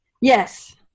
Yes